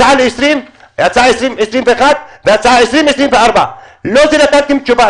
הצעה לשנת 2021 והצעה עד לשנת 2024. לא נתתם לי תשובה.